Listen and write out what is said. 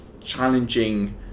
challenging